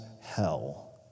hell